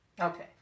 Okay